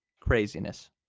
Craziness